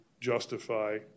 justify